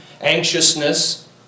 anxiousness